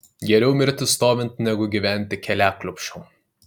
geriau mirti stovint negu gyventi keliaklupsčiom